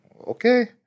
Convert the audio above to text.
okay